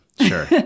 Sure